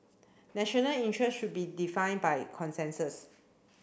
national interest should be defined by consensus